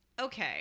Okay